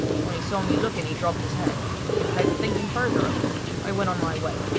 when he saw me looking he dropped his head and without thinking further of him i went on my way,